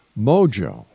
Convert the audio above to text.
Mojo